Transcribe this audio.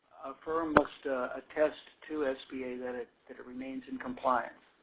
firm must attest to sba that it remains in compliance.